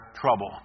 trouble